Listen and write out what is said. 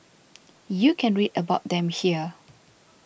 you can read about them here